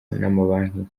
n’amabanki